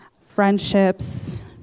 friendships